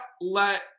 let